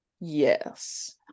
Yes